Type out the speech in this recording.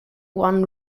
won